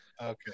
Okay